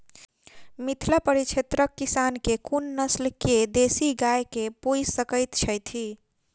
मिथिला परिक्षेत्रक किसान केँ कुन नस्ल केँ देसी गाय केँ पोइस सकैत छैथि?